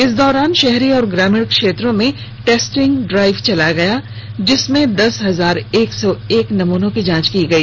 इस दौरान शहरी और ग्रामीण क्षेत्रों में टेस्टिंग ड्राइव चलाया गया जिसमें दस हजार एक सौ एक नमूनों की जांच की गई